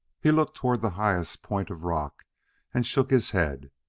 he looked toward the highest point of rock and shook his head.